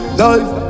life